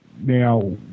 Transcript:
Now